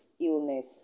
illness